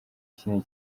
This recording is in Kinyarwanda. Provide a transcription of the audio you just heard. kinini